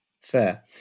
fair